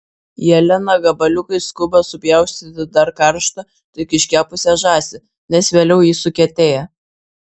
jelena gabaliukais skuba supjaustyti dar karštą tik iškepusią žąsį nes vėliau ji sukietėja